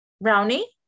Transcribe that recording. brownie